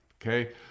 okay